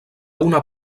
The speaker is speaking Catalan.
una